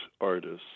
artists